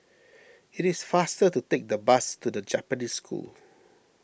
it is faster to take the bus to the Japanese School